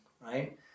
Right